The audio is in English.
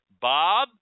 Bob